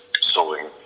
sewing